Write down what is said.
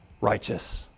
righteous